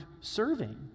serving